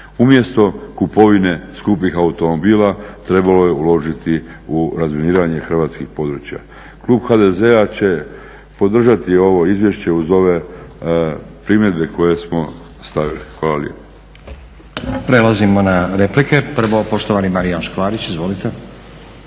Umjesto kupovine skupih automobila trebalo je uložiti u razminiranje hrvatskih područja. Klub HDZ-a će podržati ovo izvješće uz ove primjedbe koje smo stavilo Hvala lijepa. **Stazić, Nenad (SDP)** Prelazimo na replike. Prvo, poštovani Marijan Škvarić. Izvolite.